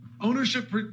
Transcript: ownership